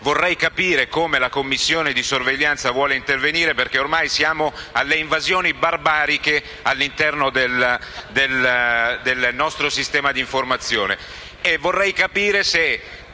vorrei capire come la Commissione di vigilanza intenda intervenire, perché ormai siamo alle invasioni barbariche all'interno del nostro sistema di informazione.